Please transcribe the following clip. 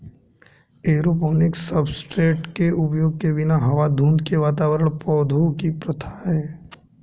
aeroponics substrate के उपयोग के बिना हवा धुंध के वातावरण पौधों की प्रथा है